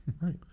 right